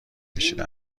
کشیده